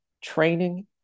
training